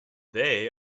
they